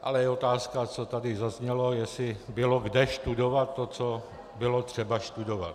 Ale je otázka, co tady zaznělo, jestli bylo kde studovat to, co bylo třeba studovat.